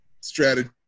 strategy